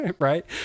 right